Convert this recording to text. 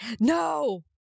No